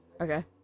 Okay